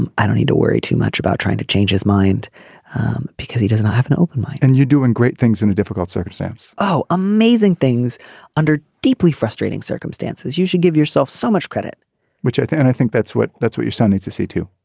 and i don't need to worry too much about trying to change his mind because he doesn't have an open mind and you're doing great things in a difficult circumstance oh amazing things under deeply frustrating circumstances you should give yourself so much credit which i and i think that's what that's what your son needs to see to